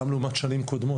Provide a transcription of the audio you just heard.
גם לעומת שנים קודמות,